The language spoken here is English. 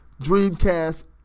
Dreamcast